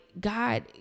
God